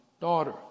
Daughter